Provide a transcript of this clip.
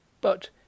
but